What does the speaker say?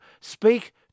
Speak